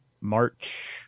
March